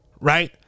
right